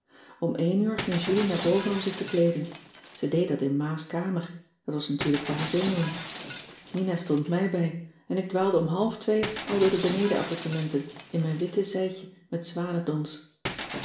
om één uur ging julie naar boven om zich te kleeden ze deed dat in ma's kamer dat was natuurlijk voor haar zenuwen mina stond mij bij en ik dwaalde om half twee al door de benedenappartementen in mijn witte zijdje met